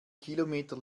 kilometer